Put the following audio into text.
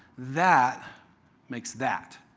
that makes that.